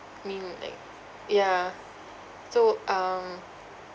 mean like yeah so um